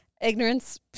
ignorance